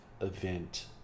event